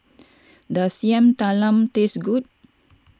does Yam Talam taste good